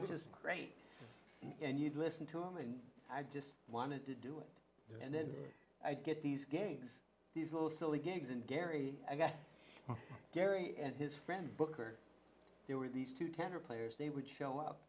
just great and you listen to him and i just wanted to do it and then i get these gangs these little silly gags and gary i got gary and his friend booker there were these two tenor players they would show up